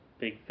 big